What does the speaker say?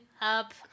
up